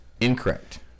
Incorrect